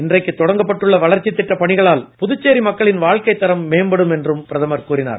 இன்றைக்கு தொடங்கப்பட்டுள்ள வளர்ச்சித் திட்டப் பணிகளால் புதுச்சேரி மக்களின் வாழ்க்கை தரம் மேம்படும் என்று பிரதமர் கூறினார்